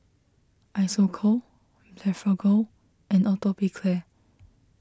Isocal Blephagel and Atopiclair